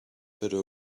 better